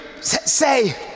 say